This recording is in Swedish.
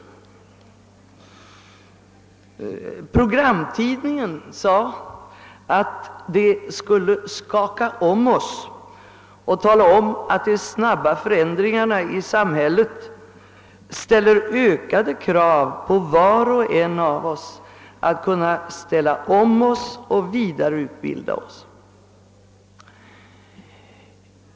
Programtidningen meddelade att det skulle skaka om oss och tala om att de snabba förändringarna i samhället riktar ökade krav mot var och en av oss beträffande förmåga att ställa om oss och vidareutbiida oss.